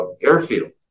airfield